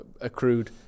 accrued